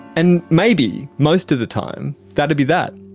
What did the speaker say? and maybe, most of the time, that'd be that,